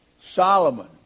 Solomon